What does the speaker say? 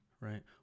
Right